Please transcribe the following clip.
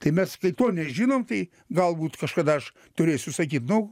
tai mes kai to nežinom tai galbūt kažkada aš turėsiu sakyt nu